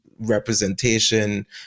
representation